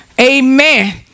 amen